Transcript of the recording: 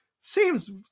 seems